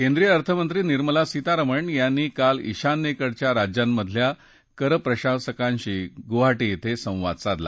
केंद्रीय अर्थमंत्री निर्मला सीतारामन यांनी काल शान्येकडच्या राज्यांमधल्या कर प्रशासकांशी गुवाहाटी शें संवाद साधला